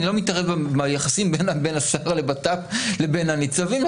אני לא מתערב ביחסים בין השר לביטחון לאומי לבין הניצבים.